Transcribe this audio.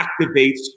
activates